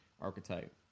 archetype